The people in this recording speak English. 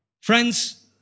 Friends